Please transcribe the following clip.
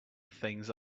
things